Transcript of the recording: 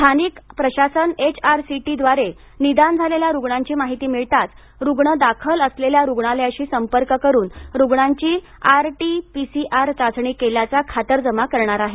स्थानिक प्रशासन एचआरसीटीद्वारे निदान झालेल्या रूग्णांची माहिती मिळताच रूग्ण दाखल असलेल्या रूग्णालयाशी संपर्क करून रूग्णांची आरटीपीसीआर चाचणी केल्याची खातरजमा करणार आहे